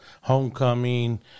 homecoming